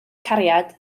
cariad